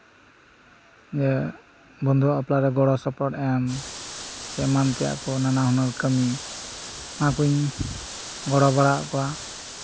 ᱡᱮ ᱵᱚᱱᱫᱷᱩ ᱟᱜ ᱵᱟᱯᱞᱟᱨᱮ ᱜᱚᱲᱚ ᱥᱚᱯᱚᱦᱚᱫ ᱮᱢ ᱥᱮ ᱮᱢᱟᱱ ᱛᱮᱭᱟᱜ ᱠᱚ ᱱᱟᱱᱟ ᱦᱩᱱᱟᱹᱨ ᱠᱟᱹᱢᱤ ᱚᱱᱟ ᱠᱚᱧ ᱜᱚᱲᱚ ᱵᱟᱲᱟᱣᱟᱫ ᱠᱚᱣᱟ